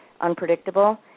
unpredictable